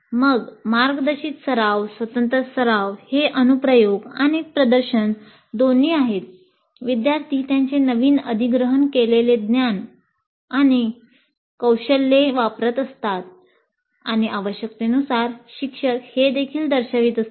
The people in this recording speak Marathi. मग मार्गदर्शित सराव स्वतंत्र सराव हे अनुप्रयोग आणि प्रदर्शन दोन्ही आहेत विद्यार्थी त्यांचे नवीन अधिग्रहण केलेले ज्ञान आणि कौशल्ये वापरत असतात आणि आवश्यकतेनुसार शिक्षक हे देखील दर्शवित असतात